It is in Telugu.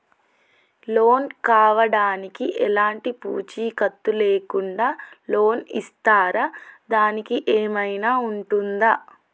లోన్ కావడానికి ఎలాంటి పూచీకత్తు లేకుండా లోన్ ఇస్తారా దానికి ఏమైనా ఉంటుందా?